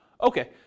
okay